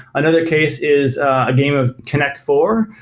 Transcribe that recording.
another case is a game of connect four,